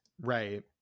Right